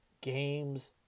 Games